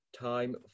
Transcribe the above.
time